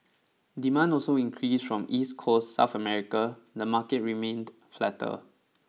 demand also increase from East Coast South America the market remained flatter